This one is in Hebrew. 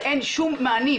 ואין שום מענים.